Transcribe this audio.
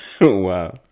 Wow